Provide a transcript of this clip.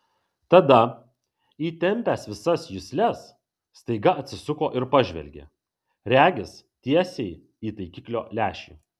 tada įtempęs visas jusles staiga atsisuko ir pažvelgė regis tiesiai į taikiklio lęšį